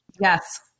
yes